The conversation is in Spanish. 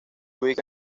ubica